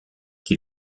qui